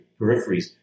peripheries